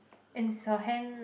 and is her hand